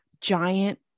giant